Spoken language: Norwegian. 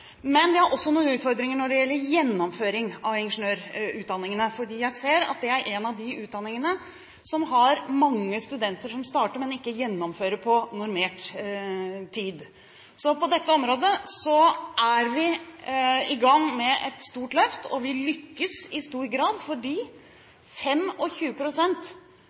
Men vi har også noen utfordringer når det gjelder gjennomføring av ingeniørutdanningene, fordi jeg ser at det er en av de utdanningene som har mange studenter som starter, men ikke gjennomfører på normert tid. På dette området er vi i gang med et stort løft, og vi lykkes i stor grad,